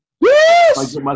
Yes